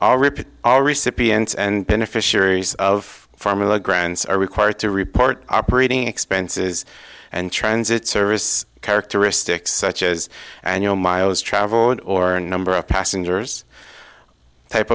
all repeat all recipients and beneficiaries of pharma grants are required to report operating expenses and transit service characteristics such as annual miles traveled or number of